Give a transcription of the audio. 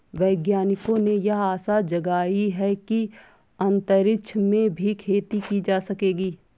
वैज्ञानिकों ने यह आशा जगाई है कि अंतरिक्ष में भी खेती की जा सकेगी